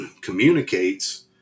communicates